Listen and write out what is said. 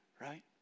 right